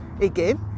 again